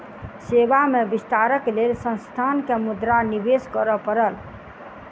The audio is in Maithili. सेवा में विस्तारक लेल संस्थान के मुद्रा निवेश करअ पड़ल